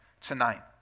tonight